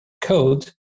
code